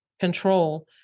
control